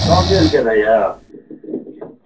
सब मिलके ने यऽ